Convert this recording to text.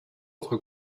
entre